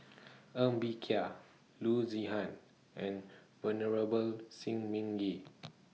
Ng Bee Kia Loo Zihan and Venerable Shi Ming Yi